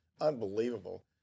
unbelievable